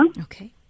Okay